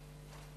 עמאר.